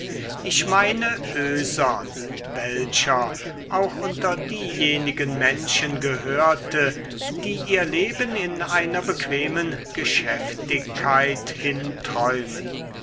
ich meine oesern welcher auch unter diejenigen menschen gehörte die ihr leben in einer bequemen geschäftigkeit hinträumen